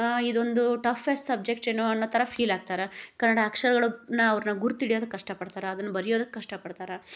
ಇದೊಂದು ಟಫ್ಪೆಸ್ಟ್ ಸಬ್ಜೆಕ್ಟೇನೋ ಅನ್ನೋ ಥರ ಫೀಲ್ ಆಗ್ತಾರೆ ಕನ್ನಡ ಅಕ್ಷರಗಳು ನ ಅವ್ರ್ನ ಗುರುತು ಹಿಡ್ಯೋದು ಕಷ್ಟಪಡ್ತಾರೆ ಅದನ್ನ ಬರಿಯೋದಕ್ಕೆ ಕಷ್ಟಪಡ್ತಾರೆ